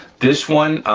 this one,